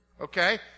okay